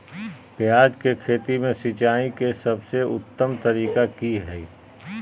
प्याज के खेती में सिंचाई के सबसे उत्तम तरीका की है?